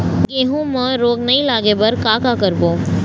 गेहूं म रोग नई लागे बर का का करबो?